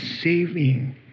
saving